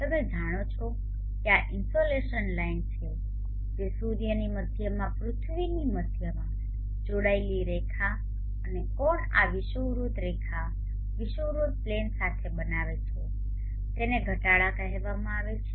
તમે જાણો છો કે આ ઇન્સોલેશન લાઇન છે જે સૂર્યની મધ્યમાં પૃથ્વીની મધ્યમાં જોડાયેલી રેખા અને કોણ આ વિષુવવૃત્ત રેખા વિષુવવૃત્ત પ્લેન સાથે બનાવે છે તેને ઘટાડા કહેવામાં આવે છે